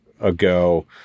ago